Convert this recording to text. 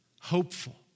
Hopeful